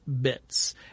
bits